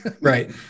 Right